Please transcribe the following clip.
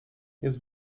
jest